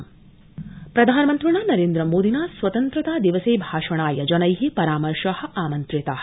प्रधानमन्त्री प्रधानमन्त्रिणा नरेन्द्र मोदिना स्वतन्त्रता दिवसे भाषणाय जनै परामर्शा आमन्त्रिता